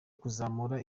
kuzamura